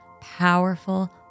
powerful